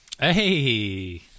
Hey